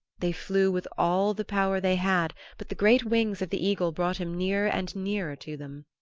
they flew with all the power they had, but the great wings of the eagle brought him nearer and nearer to them.